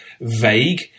vague